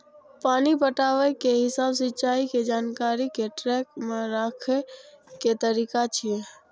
पानि पटाबै के हिसाब सिंचाइ के जानकारी कें ट्रैक मे राखै के तरीका छियै